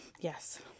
Yes